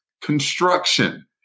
construction